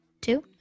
two